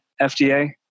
FDA